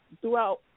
Throughout